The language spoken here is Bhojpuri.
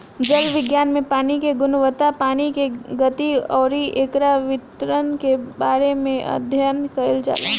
जल विज्ञान में पानी के गुणवत्ता पानी के गति अउरी एकर वितरण के बारे में अध्ययन कईल जाला